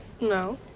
No